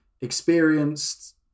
experienced